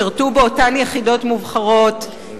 שירתו באותן יחידות מובחרות,